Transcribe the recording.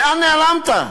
לאן נעלמת?